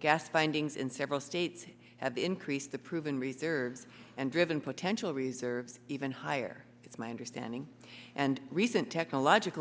gas findings in several states have increased the proven reserves and driven potential reserves even higher is my understanding and recent technological